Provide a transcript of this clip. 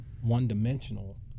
one-dimensional